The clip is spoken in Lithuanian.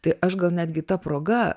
tai aš gal netgi ta proga